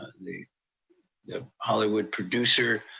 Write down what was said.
the the hollywood producer